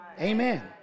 Amen